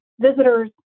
visitors